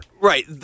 Right